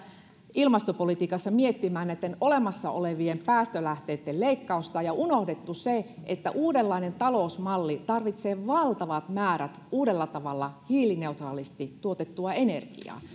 ilmastopolitiikassa miettimään olemassa olevien päästölähteitten leikkausta ja unohdettu se että uudenlainen talousmalli tarvitsee valtavat määrät uudella tavalla hiilineutraalisti tuotettua energiaa